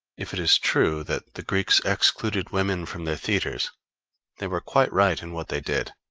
if it is true that the greeks excluded women from their theatres they were quite right in what they did